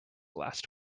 last